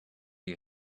you